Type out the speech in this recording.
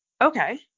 Okay